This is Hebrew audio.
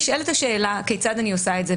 נשאלת השאלה כיצד אני עושה את זה,